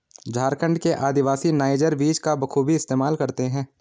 झारखंड के आदिवासी नाइजर बीज का बखूबी इस्तेमाल करते हैं